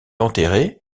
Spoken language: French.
enterré